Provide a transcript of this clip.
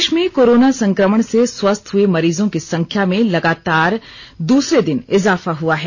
देश में कोरोना संक्रमण से स्वस्थ हुए मरीजों की संख्या में लगातार दूसरे दिन इजाफा हुआ है